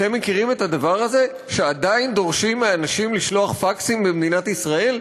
אתם מכירים את הדבר הזה שעדיין דורשים מאנשים לשלוח פקסים במדינת ישראל?